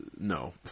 no